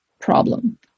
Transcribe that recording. problem